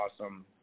awesome